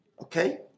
Okay